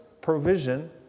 provision